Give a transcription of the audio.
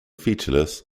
featureless